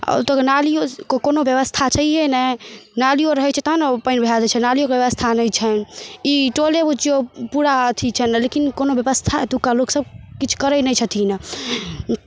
ओतय नालिओके कोनो व्यवस्था छैहे नहि नालिओ रहै छै तहन ने ओ पानि बहय दै छै नालिओके व्यवस्था नहि छनि ई टोले बुझियौ पूरा अथी छनि लेकिन कोनो व्यवस्था एतुका लोकसभ किछु करै नहि छथिन